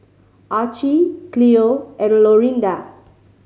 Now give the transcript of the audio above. Archie Cleo and Lorinda